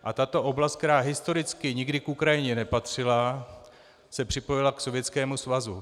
A tato oblast, která historicky nikdy k Ukrajině nepatřila, se připojila k Sovětskému svazu.